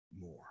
more